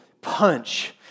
punch